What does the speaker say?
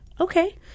Okay